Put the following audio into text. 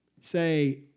say